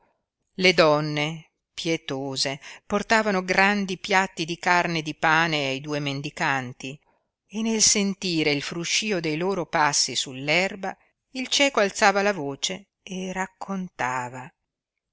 le donne pietose portavano grandi piatti di carne e di pane ai due mendicanti e nel sentire il fruscío dei loro passi sull'erba il cieco alzava la voce e raccontava